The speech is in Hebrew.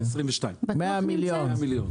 100 מיליון.